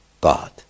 God